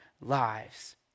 lives